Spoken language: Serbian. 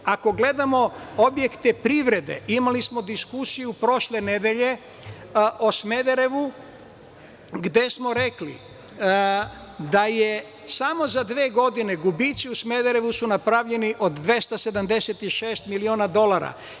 Ako gledamo objekte privrede, imali smo diskusiju prošle nedelje o Smederevu gde smo rekli da su za samo dve godine gubici u Smederevu napravljeni na 286 miliona dolara.